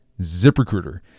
ZipRecruiter